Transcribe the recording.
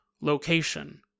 location